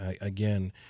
Again